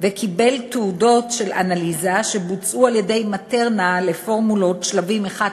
וקיבל תעודות של אנליזה שבוצעו על-ידי "מטרנה" לפורמולות שלבים 1,